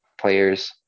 players